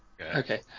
okay